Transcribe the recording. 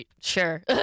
sure